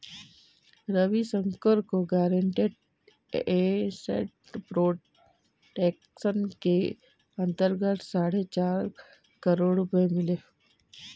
रविशंकर को guaranteed asset protection के अंतर्गत साढ़े चार करोड़ रुपये मिले